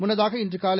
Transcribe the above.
முன்னதாக இன்றுகாலை